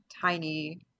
tiny